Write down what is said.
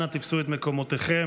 אנא תפסו את מקומותיכם.